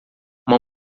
uma